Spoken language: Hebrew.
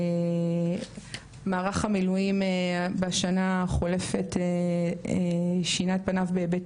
מערך המילואים בשנה החולפת שינה את פניו בהיבט